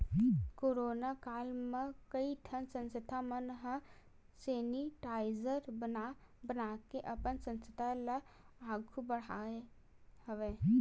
corona काल म कइ ठन संस्था मन ह सेनिटाइजर बना बनाके अपन संस्था ल आघु बड़हाय हवय